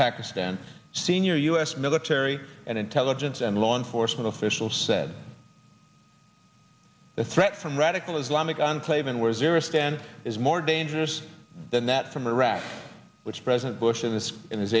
pakistan senior u s military and intelligence and law enforcement officials said the threat from radical islamic enclave and where zero stand is more dangerous than that from iraq which president bush in this and his